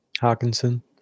Hawkinson